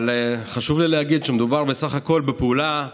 אבל חשוב לי להגיד שמדובר בסך הכול בפעולה טכנית.